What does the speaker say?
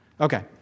Okay